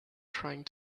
trying